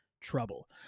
trouble